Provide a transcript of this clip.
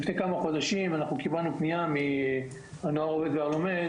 לפני כמה חודשים קיבלנו פנייה מהנוער העובד והלומד